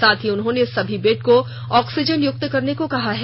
साथ ही उन्होंने सभी बेड को आक्सीजनयुक्त करने को कहा है